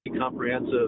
comprehensive